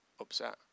upset